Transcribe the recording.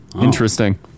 Interesting